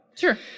Sure